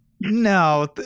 no